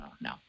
no